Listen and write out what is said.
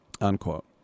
unquote